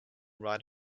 right